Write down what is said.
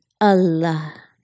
Allah